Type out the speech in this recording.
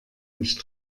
nicht